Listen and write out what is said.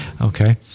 Okay